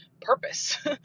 purpose